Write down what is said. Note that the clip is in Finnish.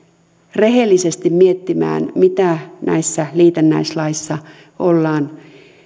rehellisesti miettimään mitä näissä liitännäislaeissa ollaan